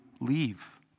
leave